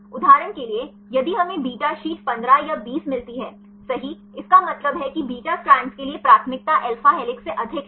उदाहरण के लिए यदि हमें बीटा शीट 15 या 20 मिलती है सही इसका मतलब है कि बीटा स्ट्रैंड के लिए प्राथमिकता अल्फा हेलिक्स से अधिक है